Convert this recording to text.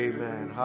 Amen